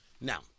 Now